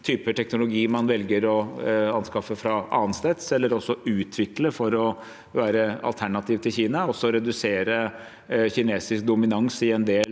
teknologi man velger å anskaffe annensteds fra, eller også utvikle, for å være et alternativ til Kina, og også redusere kinesisk dominans i en del